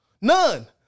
None